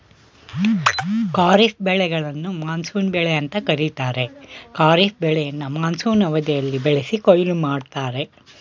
ಖಾರಿಫ್ ಬೆಳೆಗಳನ್ನು ಮಾನ್ಸೂನ್ ಬೆಳೆ ಅಂತ ಕರೀತಾರೆ ಖಾರಿಫ್ ಬೆಳೆಯನ್ನ ಮಾನ್ಸೂನ್ ಅವಧಿಯಲ್ಲಿ ಬೆಳೆಸಿ ಕೊಯ್ಲು ಮಾಡ್ತರೆ